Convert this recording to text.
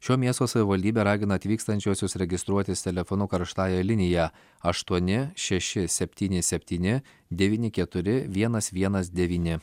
šio miesto savivaldybė ragina atvykstančiuosius registruotis telefonu karštąja linija aštuoni šeši septyni septyni devyni keturi vienas vienas devyni